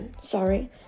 Sorry